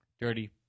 dirty